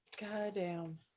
Goddamn